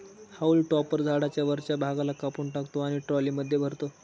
haulm topper झाडाच्या वरच्या भागाला कापून टाकतो आणि ट्रॉलीमध्ये भरतो